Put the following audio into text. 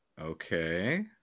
okay